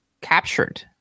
captured